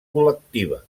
col·lectiva